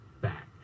back